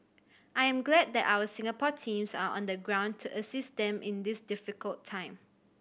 I am glad that our Singapore teams are on the ground to assist them in this difficult time